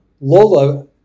Lola